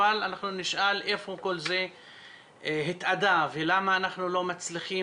אנחנו נשאל איפה כל זה התאדה ולמה אנחנו לא מצליחים,